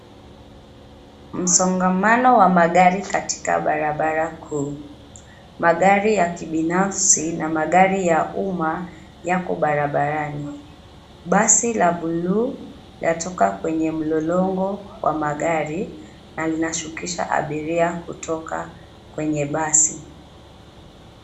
Msongamano wa magari katika barabara kuu. Magari ya kibinafsi na magari ya umma, yako barabarani. Basi la buluu, latoka kwenye mlolongo wa magari na linashukisha abiria kutoka kwenye basi.